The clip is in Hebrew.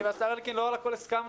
אני והשר אלקין לא על הכל הסכמנו,